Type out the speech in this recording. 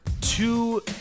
two